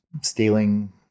stealing